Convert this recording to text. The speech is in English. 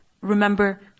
remember